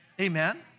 Amen